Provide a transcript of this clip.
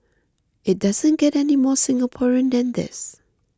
it doesn't get any more Singaporean than this